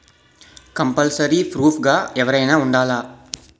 Compulsory proof గా ఎవరైనా ఉండాలా?